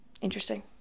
Interesting